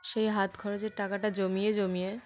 সেই হাত খরচের টাকাটা জমিয়ে জমিয়ে